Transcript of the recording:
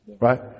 Right